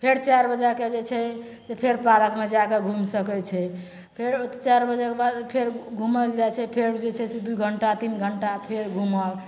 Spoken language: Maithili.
फेर चारि बजे जाके जे छै से फेर पार्कमे जाके घुमि सकै छै फेर चारि बजेके बाद फेर घुमै ले जाए छै फेर जे छै से दुइ घण्टा तीन घण्टा फेर घुमब